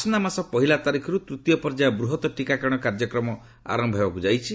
ଆସନ୍ତା ମାସ ପହିଲା ତାରିଖରୁ ତୃତୀୟ ପର୍ଯ୍ୟାୟ ବୃହତ ଟିକାକରଣ କାର୍ଯ୍ୟକ୍ରମ ଆରମ୍ଭ ହେବାକୁ ଯାଉଛି